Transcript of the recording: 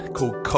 called